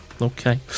Okay